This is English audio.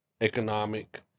economic